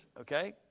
okay